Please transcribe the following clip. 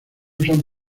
usan